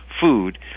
food